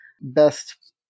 best